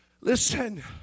Listen